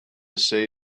say